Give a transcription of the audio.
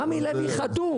רמי לוי חתום